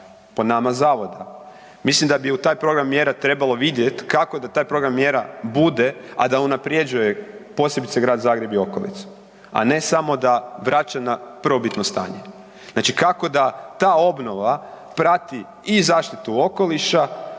po nama zavoda, mislim da bi u taj program mjera trebalo vidjeti kako da taj program mjera bude, a da unaprjeđuje posebice Grad Zagreb i okolicu, a ne samo da vraća na prvobitno stanje. Znači kako da ta obnova prati i zaštitu okoliša,